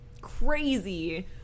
crazy